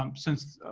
um since